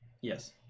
Yes